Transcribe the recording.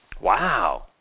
Wow